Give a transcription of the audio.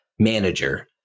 manager